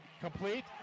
complete